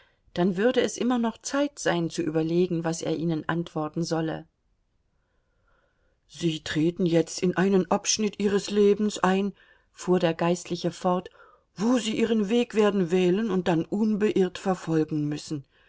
dann würde es immer noch zeit sein zu überlegen was er ihnen antworten solle sie treten jetzt in einen abschnitt ihres lebens ein fuhr der geistliche fort wo sie ihren weg werden wählen und dann unbeirrt verfolgen müssen